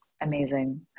Amazing